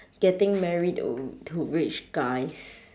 getting married to rich guys